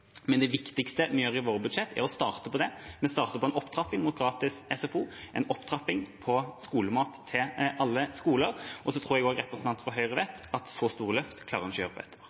Men det viktigste vi gjør i våre budsjett, er å starte på det. Vi starter på en opptrapping mot gratis SFO, en opptrapping med skolemat på alle skoler, og så tror jeg representanten fra Høyre vet at så store løft klarer en ikke å gjøre på